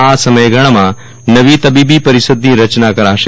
આ સમયગાળામાં નવી તબીબી પરિષદની રચના કરાશે